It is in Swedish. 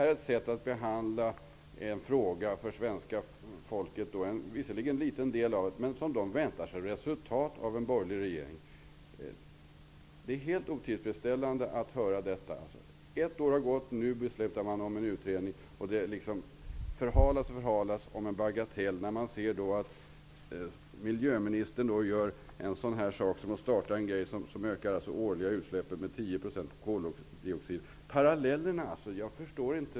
När det gäller den här frågan väntar sig den svenska befolkningen, i varje fall en liten del av den, ett resultat av den borgerliga regeringen. Är då detta ett bra sätt att behandla ärendet på? Det är otillfredsställande att höra detta. Ett år har gått. Nu beslutar man om en utredning. En bagatell förhalas. Samtidigt startar miljöministern ett oljekraftverk som ökar de årliga utsläppen av koldioxid med 10 %.